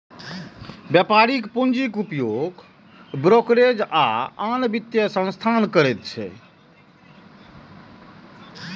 व्यापारिक पूंजीक उपयोग ब्रोकरेज आ आन वित्तीय संस्थान करैत छैक